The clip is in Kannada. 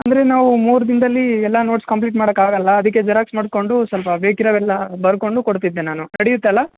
ಅಂದರೆ ನಾವು ಮೂರು ದಿನದಲ್ಲಿ ಎಲ್ಲ ನೋಟ್ಸ್ ಕಂಪ್ಲೀಟ್ ಮಾಡೋಕ್ಕಾಗಲ್ಲ ಅದಕ್ಕೆ ಜೆರಾಕ್ಸ್ ಮಾಡಿಕೊಂಡು ಸ್ವಲ್ಪ ಬೇಕಿರೋವೆಲ್ಲ ಬರ್ಕೊಂಡು ಕೊಡ್ತಿದ್ದೆ ನಾನು ನಡೆಯುತ್ತಲ್ಲ